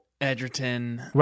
Edgerton